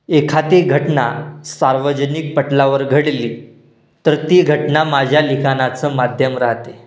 एखादी घटना सार्वजनिक पटलावर घडली तर ती घटना माझ्या लिखाणाचं माध्यम राहते